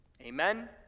Amen